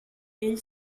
ell